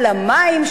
על המים,